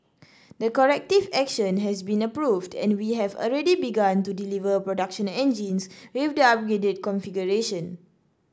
the corrective action has been approved and we have already begun to deliver production engines with the upgraded configuration